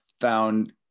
found